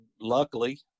luckily